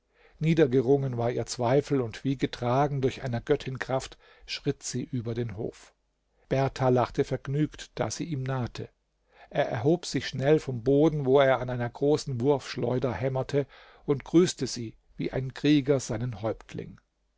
niedergerungen war ihr zweifel und wie getragen durch einer göttin kraft schritt sie über den hof berthar lachte vergnügt da sie ihm nahte er erhob sich schnell vom boden wo er an einer großen wurfschleuder hämmerte und grüßte sie wie ein krieger seinen häuptling